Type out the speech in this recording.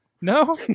no